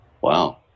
Wow